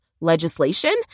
legislation